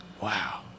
Wow